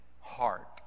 heart